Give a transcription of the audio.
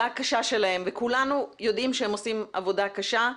הקשה שלהם וכולנו יודעים שהם עושים עבודה קשה,